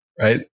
right